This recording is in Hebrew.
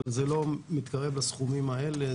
אבל זה לא מתקרב לסכומים האלה.